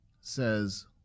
says